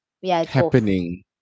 happening